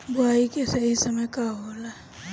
बुआई के सही समय का होला?